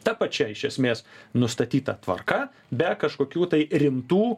ta pačia iš esmės nustatyta tvarka be kažkokių tai rimtų